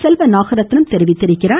செல்வ நாகரத்தினம் தெரிவித்துள்ளார்